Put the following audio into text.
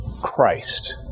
Christ